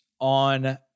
on